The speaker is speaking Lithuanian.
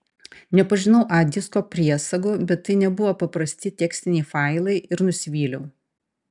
nepažinau a disko priesagų bet tai nebuvo paprasti tekstiniai failai ir nusivyliau